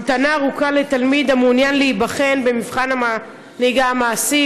המתנה ארוכה לתלמיד המעוניין להיבחן במבחן הנהיגה המעשי,